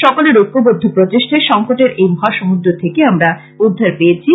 সকলের ঐক্যবদ্ধ প্রচেষ্টায় সংকটের এই মহাসমূদ্র থেকে আমরা উদ্ধার পেয়েছি